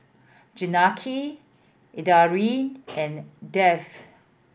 Janaki Indranee and Dev